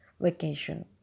vacation